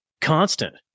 constant